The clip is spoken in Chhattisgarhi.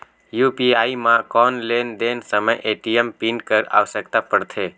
यू.पी.आई म कौन लेन देन समय ए.टी.एम पिन कर आवश्यकता पड़थे?